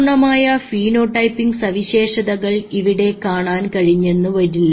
പൂർണമായ ഫീനോടൈപ്പിക്ക് സവിശേഷതകൾ ഇവിടെ കാണാൻ കഴിഞ്ഞെന്നുവരില്ല